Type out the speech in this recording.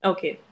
Okay